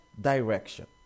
direction